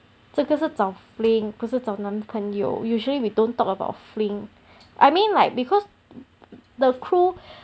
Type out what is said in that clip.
这个是找 fling 不是找男朋友 usually we don't talk about fling I mean like because the crew